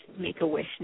Make-A-Wish